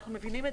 אנחנו מבינים.